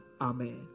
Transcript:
Amen